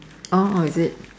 orh is it